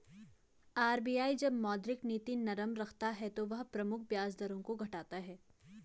RBI जब मौद्रिक नीति नरम रखता है तो वह प्रमुख ब्याज दरों को घटाता है